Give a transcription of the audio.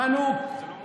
חנוק.